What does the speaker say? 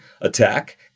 attack